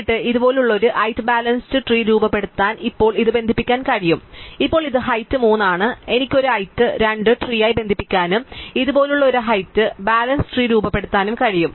എന്നിട്ട് ഇതുപോലുള്ള ഒരു ഹൈറ്റ് ബാലൻസ് ട്രീ രൂപപ്പെടുത്താൻ എനിക്ക് ഇപ്പോൾ ഇത് ബന്ധിപ്പിക്കാൻ കഴിയും ഇപ്പോൾ ഇത് ഹൈറ്റ് 3 ആണ് എനിക്ക് ഒരു ഹൈറ്റ് 2 ട്രീ അയി ബന്ധിപ്പിക്കാനും ഇതുപോലുള്ള ഒരു ഹൈറ്റ് ബാലൻസ് ട്രീ രൂപപ്പെടുത്താനും കഴിയും